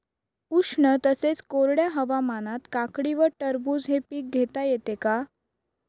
उष्ण तसेच कोरड्या हवामानात काकडी व टरबूज हे पीक घेता येते का?